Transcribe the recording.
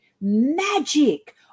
magic